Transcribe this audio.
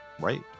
Right